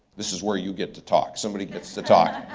this is where you get to talk. somebody gets to talk.